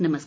नमस्कार